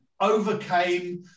overcame